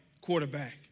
quarterback